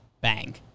Bang